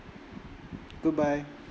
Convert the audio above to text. goodbye